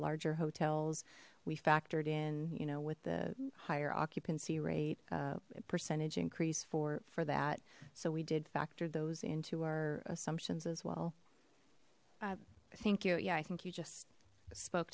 larger hotels we factored in you know with the higher occupancy rate a percentage increase for for that so we did factor those into our assumptions as well i think you yeah i think you just spoke